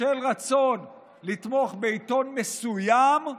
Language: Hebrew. בשל רצון לתמוך בעיתון מסוים,